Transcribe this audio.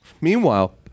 Meanwhile